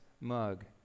mug